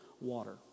water